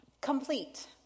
complete